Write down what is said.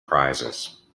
prizes